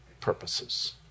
purposes